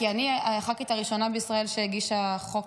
כי אני הח"כית הראשונה בישראל שהגישה חוק